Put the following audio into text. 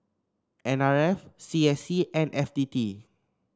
N R F C S C and F T T